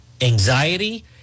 anxiety